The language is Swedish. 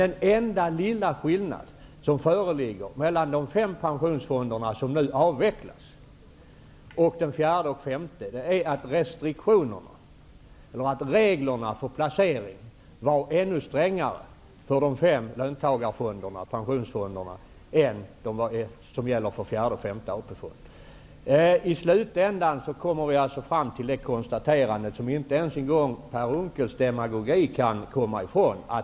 Den enda skillnad som föreligger mellan de fem pensionsfonderna som nu skall avvecklas och den fjärde och femte AP-fonden är att reglerna för placering har varit ännu strängare för de fem löntagarfonderna, pensionsfonderna. I slutändan kommer vi således fram till ett konstaterande som inte ens Per Unckels demagogik kan komma ifrån.